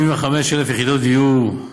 65,000 יחידות דיור,